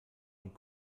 und